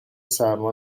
سرما